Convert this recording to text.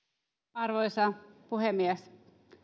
arvoisa puhemies